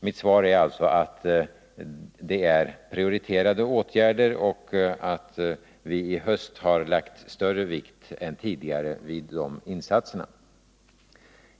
Mitt svar är alltså att det är prioriterade åtgärder och att vi i höst har lagt större vikt än tidigare vid de insatserna.